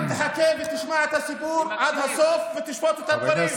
רק תחכה ותשמע את הסיפור עד הסוף ותשפוט את הדברים.